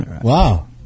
wow